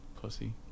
pussy